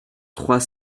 trois